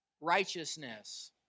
righteousness